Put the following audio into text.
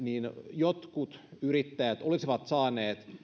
jotkut yrittäjät olisivat saaneet